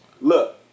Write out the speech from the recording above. Look